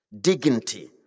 Dignity